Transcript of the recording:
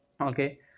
okay